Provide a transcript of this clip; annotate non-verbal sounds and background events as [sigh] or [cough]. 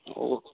[unintelligible]